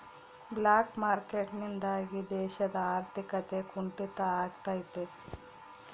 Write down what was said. block market ನಿಂದಾಗಿ ದೇಶದ ಆರ್ಥಿಕತೆ ಕುಂಟಿತ ಆಗ್ತೈತೆ